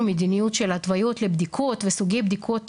מדיניות של התוויות לבדיקות וסוגי בדיקות,